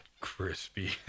crispy